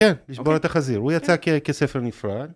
כן, לשבור את החזיר, הוא יצא כ-כספר נפרד.